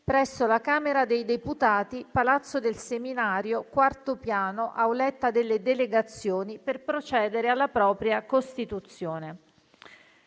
presso la Camera dei deputati, Palazzo del Seminario, IV piano, Auletta delle Delegazioni, per procedere alla propria costituzione.